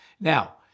Now